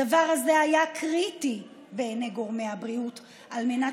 הדבר הזה היה קריטי בעיני גורמי הבריאות על מנת